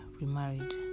remarried